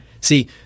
See